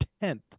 tenth